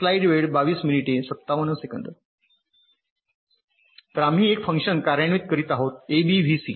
तर आम्ही एक फंक्शन कार्यान्वित करीत आहोत ए बी व्ही सी